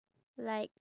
but